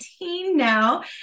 now